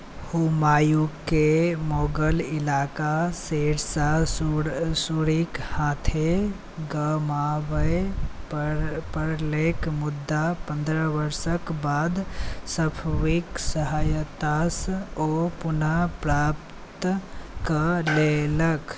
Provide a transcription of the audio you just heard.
हुमायूँके मोगल इलाका शेरशाह सूरीके हाथेँ गमाबय पड़लै मुदा पन्द्रह वर्षके बाद सफवीके सहायतासँ ओ पुनः प्राप्त कऽ लेलक